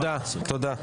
תודה.